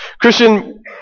Christian